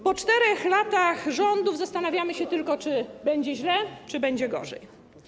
Po 4 latach rządów zastanawiamy się tylko, czy będzie źle, czy będzie gorzej.